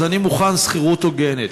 אז אני מוכן שתהיה שכירות הוגנת.